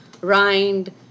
rind